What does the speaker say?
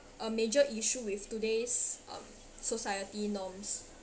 a major issue with today's uh society norms